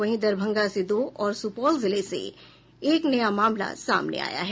वहीं दरभंगा से दो और सुपौल जिले से एक नया मामला सामने आया है